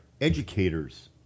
educators